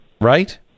right